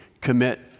commit